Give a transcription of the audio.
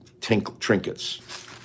trinkets